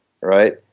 right